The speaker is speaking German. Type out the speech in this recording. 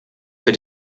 für